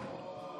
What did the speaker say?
אוה,